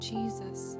Jesus